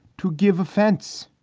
to give offense